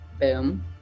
Boom